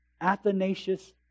Athanasius